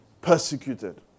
persecuted